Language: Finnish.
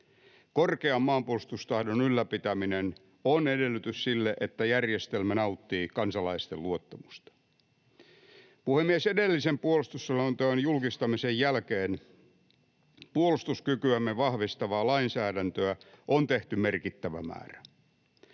Korkean maanpuolustustahdon ylläpitäminen on edellytys sille, että järjestelmä nauttii kansalaisten luottamusta. Puhemies! Edellisen puolustusselonteon julkistamisen jälkeen puolustuskykyämme vahvistavaa lainsäädäntöä on tehty merkittävä määrä.